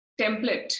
template